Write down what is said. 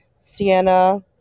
sienna